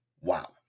Wow